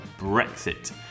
Brexit